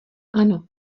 ano